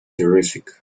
terrific